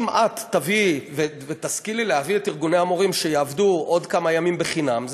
אם את תביאי ותשכילי להביא את ארגוני המורים שיעבדו עוד כמה ימים בחינם,